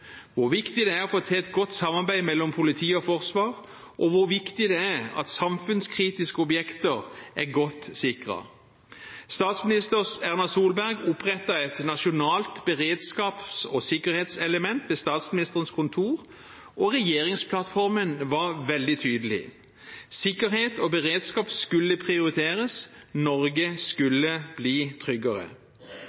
hvor viktig det er å få til et godt samarbeid mellom politi og forsvar, og hvor viktig det er at samfunnskritiske objekter er godt sikret. Statsminister Erna Solberg opprettet et nasjonalt beredskaps- og sikkerhetselement ved Statsministerens kontor, og regjeringsplattformen var veldig tydelig: Sikkerhet og beredskap skulle prioriteres – Norge